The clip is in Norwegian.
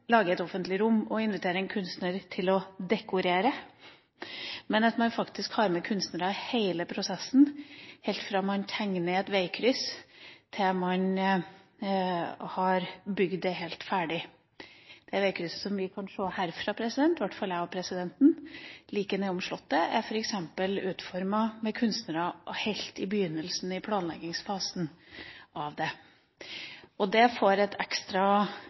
lager et offentlig rom og inviterer en kunstner til å dekorere, men at man faktisk har med kunstnere i hele prosessen, helt fra man tegner et veikryss til man har bygd det helt ferdig. Det veikrysset som vi kan se herfra – i hvert fall jeg og presidenten – like nede ved Slottet, er f.eks. utformet med kunstnere helt fra begynnelsen, i planleggingsfasen av det. Det gir en ekstra